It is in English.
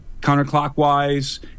counterclockwise